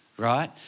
right